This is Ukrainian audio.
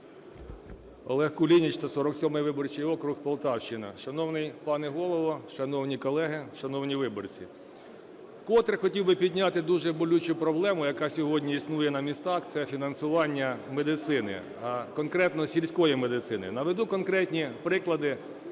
Олег Кулініч, 147 виборчий округ, Полтавщина. Шановний пане Голово, шановні колеги, шановні виборці! Вкотре хотів би підняти дуже болючу проблему, яка сьогодні існує на місцях – це фінансування медицини, а конкретно сільської медицини. Наведу конкретні приклади